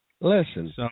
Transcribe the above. listen